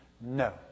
No